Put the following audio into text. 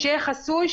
שיהיה חסוי,